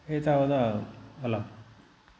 एतावता अलम्